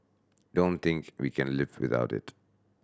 don't think we can live without it